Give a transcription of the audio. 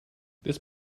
this